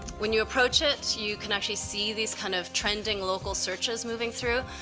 when you approach it, you can actually see these kind of trending local searches moving through,